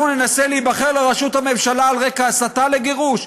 אנחנו ננסה להיבחר לראשות הממשלה על רקע הסתה לגירוש.